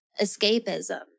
escapism